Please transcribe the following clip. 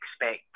expect